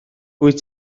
wyt